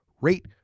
rate